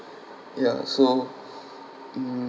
yeah so mm